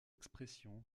expression